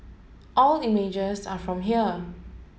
all images are from here